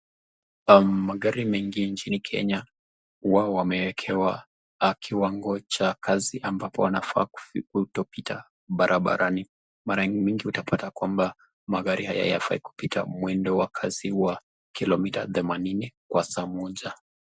Magari mengi nchini Kenya huwa wamewekwa kiwango cha kasi ambapo Wanafaa kutopita barabarani. mara mingi utapata kwamba magari haya yafai kupita mwendo wa Kasi wa kilometer themanini kwa saa.